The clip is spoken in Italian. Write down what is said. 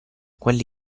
quelli